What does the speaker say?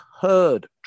Heard